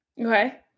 Okay